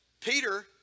Peter